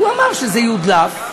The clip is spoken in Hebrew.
הוא אמר שזה יודלף.